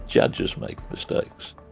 judges make mistakes.